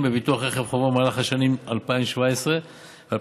בביטוח רכב חובה במהלך השנים 2017 ו-2018,